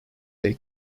they